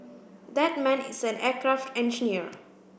that man is an aircraft engineer